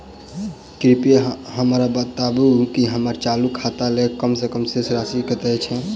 कृपया हमरा बताबू की हम्मर चालू खाता लेल कम सँ कम शेष राशि कतेक छै?